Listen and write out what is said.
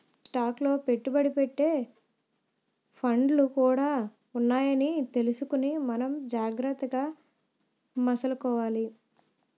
stock లో పెట్టుబడి పెట్టే ఫండ్లు కూడా ఉంటాయని తెలుసుకుని మనం జాగ్రత్తగా మసలుకోవాలి